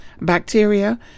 bacteria